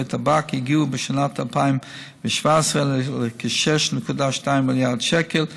טבק הגיעו בשנת 2017 לכ-6.2 מיליארד שקל,